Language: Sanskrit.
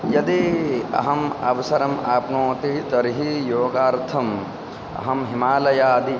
यदि अहम् अवसरम् आप्नोमि तर्हि योगार्थम् अहं हिमालयादिकम्